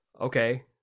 okay